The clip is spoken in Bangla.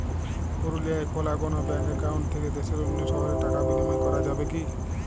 পুরুলিয়ায় খোলা কোনো ব্যাঙ্ক অ্যাকাউন্ট থেকে দেশের অন্য শহরে টাকার বিনিময় করা যাবে কি?